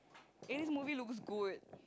eh this movie looks good